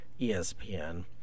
ESPN